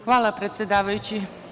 Hvala, predsedavajući.